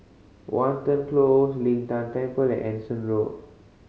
Watten Close Lin Tan Temple and Anson Road